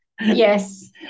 Yes